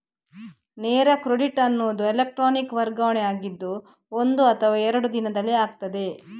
ನೇರ ಕ್ರೆಡಿಟ್ ಅನ್ನುದು ಎಲೆಕ್ಟ್ರಾನಿಕ್ ವರ್ಗಾವಣೆ ಆಗಿದ್ದು ಒಂದು ಅಥವಾ ಎರಡು ದಿನದಲ್ಲಿ ಆಗ್ತದೆ